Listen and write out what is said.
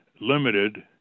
limited